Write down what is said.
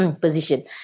position